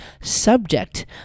subject